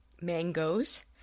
mangoes